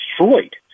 destroyed